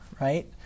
right